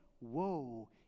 woe